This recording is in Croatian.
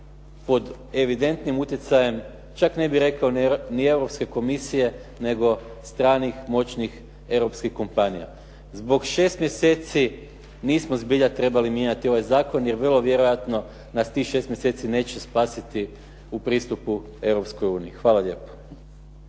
pod evidentnim utjecajem čak ne bih rekao ni Europske komisije, nego stranih moćnih europskih kompanija. Zbog 6 mjeseci nismo zbilja mijenjati ovaj zakon, jer vrlo vjerojatno nas tih 6 mjeseci neće spasiti u pristupu europskoj uniji. Hvala lijepo.